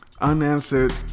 unanswered